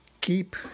keep